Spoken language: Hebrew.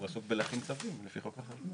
הוא עסוק בלהכין צווים לפי החוק.